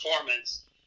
performance